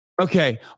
Okay